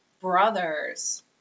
brothers